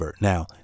now